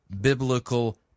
biblical